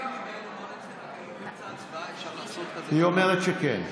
את ההצבעה אפשר לעשות, היא אומרת שכן.